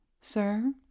sir